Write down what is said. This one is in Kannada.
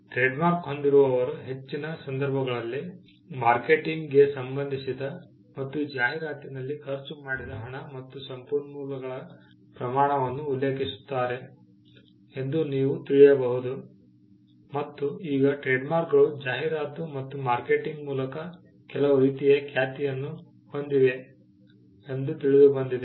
ಟ್ರೇಡ್ಮಾರ್ಕ್ ಹೊಂದಿರುವವರು ಹೆಚ್ಚಿನ ಸಂದರ್ಭಗಳಲ್ಲಿ ಮಾರ್ಕೆಟಿಂಗ್ ಗೆ ಸಂಬಂಧಿಸಿದ ಮತ್ತು ಜಾಹೀರಾತಿನಲ್ಲಿ ಖರ್ಚು ಮಾಡಿದ ಹಣ ಮತ್ತು ಸಂಪನ್ಮೂಲಗಳ ಪ್ರಮಾಣವನ್ನು ಉಲ್ಲೇಖಿಸುತ್ತಾರೆ ಎಂದು ನೀವು ತಿಳಿಯಬಹುದು ಮತ್ತು ಈಗ ಟ್ರೇಡ್ಮಾರ್ಕ್ಗಳು ಜಾಹೀರಾತು ಮತ್ತು ಮಾರ್ಕೆಟಿಂಗ್ ಮೂಲಕ ಕೆಲವು ರೀತಿಯ ಖ್ಯಾತಿಯನ್ನು ಹೊಂದಿವೆ ಎಂದು ತಿಳಿದುಬಂದಿದೆ